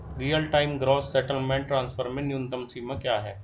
Real time gross settlement transfer में न्यूनतम सीमा क्या है?